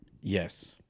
Yes